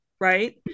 right